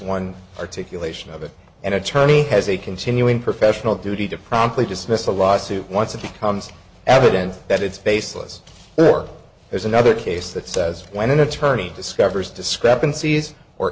one articulation of it an attorney has a continuing professional duty to promptly dismiss a lawsuit once it becomes evident that it's baseless work there's another case that says when an attorney discovers discrepancies or